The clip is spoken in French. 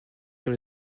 dans